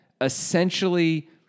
essentially